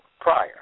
prior